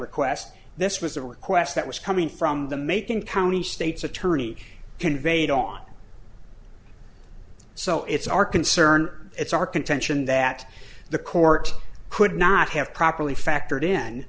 request this was a request that was coming from the macon county state's attorney conveyed on so it's our concern it's our contention that the court could not have properly factor